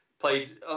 played